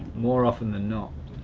more often than not.